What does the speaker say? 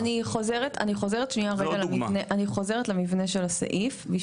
אז אני חוזרת למבנה של הסעיף,